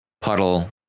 puddle